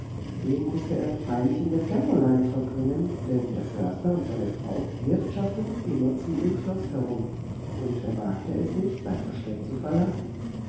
den mußte er freilich in dem kämmerlein verbringen denn der förster und seine frau wirtschafteten immerzu im schloß herum und er wagte es nicht sein versteck zu verlassen